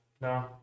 No